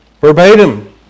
verbatim